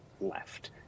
left